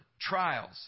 trials